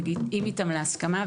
מגיעים איתם להסכמה,